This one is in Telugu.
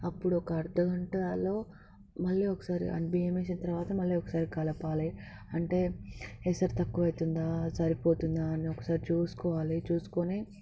అప్పుడు ఒక అర్థగంటలో మళ్ళీ ఒకసారి బియ్యం వేసిన తర్వాత మళ్ళీ ఒకసారి కలపాలి అంటే ఎసరు తక్కువ అవుతుందా సరిపోతుందా అని ఒకసారి చూసుకోవాలి చూసుకొని